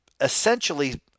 essentially